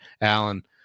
Alan